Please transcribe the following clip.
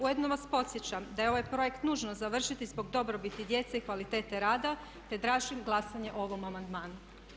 Ujedno vas podsjećam da je ovaj projekt nužno završiti zbog dobrobiti djece i kvalitete rada te tražim glasanje o ovom amandmanu.